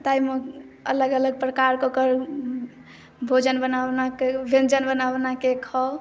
ताहिमे अलग अलग प्रकार के ओकर भोजन बना बना के व्यंजन बना बना के खाउ